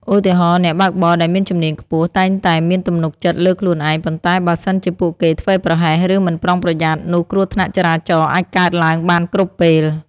ឧទាហរណ៍ អ្នកបើកបរដែលមានជំនាញខ្ពស់ តែងតែមានទំនុកចិត្តលើខ្លួនឯង ប៉ុន្តែបើសិនជាពួកគេធ្វេសប្រហែស ឬមិនប្រុងប្រយ័ត្ន នោះគ្រោះថ្នាក់ចរាចរណ៍អាចកើតឡើងបានគ្រប់ពេល។